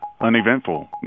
uneventful